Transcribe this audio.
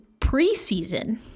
preseason